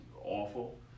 awful